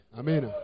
Amen